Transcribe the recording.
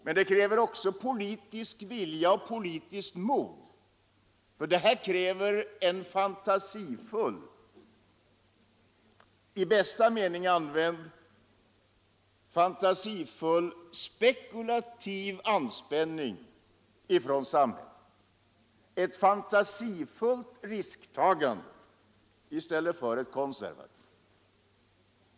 Men det kräver också politisk vilja och politiskt mod — för här fordras en, i bästa mening använd, fantasifull spekulativ anspänning ifrån samhället, ett fantasifullt risktagande i stället för ett konservativt.